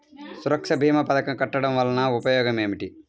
సురక్ష భీమా పథకం కట్టడం వలన ఉపయోగం ఏమిటి?